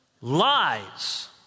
lies